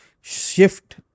shift